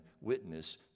witness